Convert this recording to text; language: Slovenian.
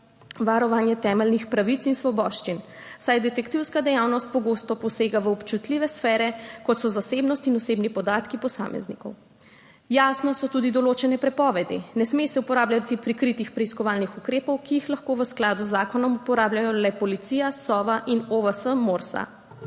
varovanje temeljnih pravic in svoboščin, saj detektivska dejavnost pogosto posega v občutljive sfere, kot so zasebnost in osebni podatki posameznikov. Jasno so tudi določene prepovedi. Ne sme se uporabljati prikritih preiskovalnih ukrepov, ki jih lahko v skladu z zakonom uporabljajo le Policija, Sova in OVS MORS.